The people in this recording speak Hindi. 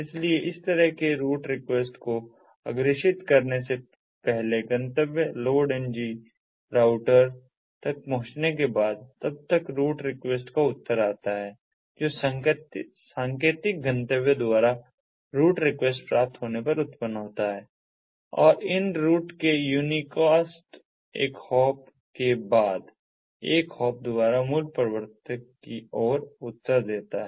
इसलिए इस तरह के रूट रिक्वेस्ट को अग्रेषित करने से पहले गंतव्य LOADng राउटर तक पहुंचने के बाद तब रूट रिक्वेस्ट का उत्तर आता है जो संकेतित गंतव्य द्वारा रूट रिक्वेस्ट प्राप्त होने पर उत्पन्न होता है और इन रूट के यूनिकास्ट एक हॉप के बाद एक हॉप द्वारा मूल प्रवर्तक की ओर उत्तर देता है